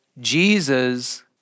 Jesus